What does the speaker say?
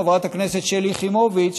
חברת הכנסת שלי יחימוביץ,